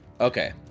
Okay